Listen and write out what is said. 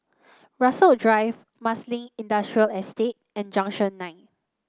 Rasok Drive Marsiling Industrial Estate and Junction Nine